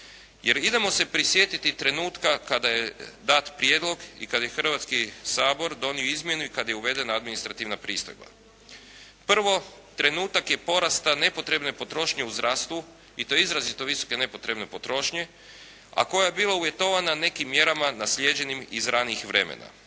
idemo se prisjetiti trenutka kada je dat prijedlog i kada je Hrvatski sabor donio izmjenu i kad je uvedena administrativna pristojba. Prvo, trenutak je porasta nepotrebne potrošnje u zdravstvu i to izrazito visoke nepotrebne potrošnje, a koja je bila uvjetovana nekim mjerama naslijeđenim iz ranih vremena.